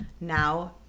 Now